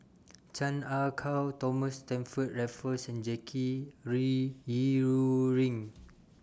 Chan Ah Kow Thomas Stamford Raffles and Jackie re Yi Ru Ying